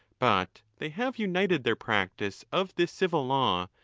but they have united their practice of this civil law,